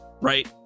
Right